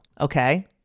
Okay